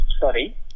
Sorry